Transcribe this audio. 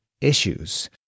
issues